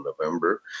November